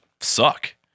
suck